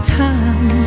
time